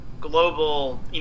global